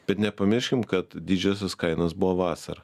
bet nepamirškim kad didžiosios kainos buvo vasarą